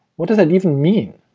what does that even mean?